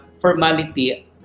formality